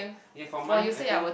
if for mine I think